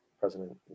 president